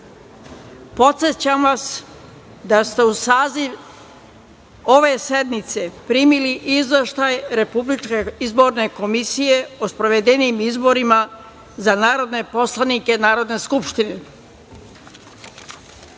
reda. Podsećam vas da ste uz saziv ove sednice primili Izveštaj Republičke izborne komisije o sprovedenim izborima za narodne poslanike Narodne skupštine. Pre